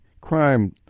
crime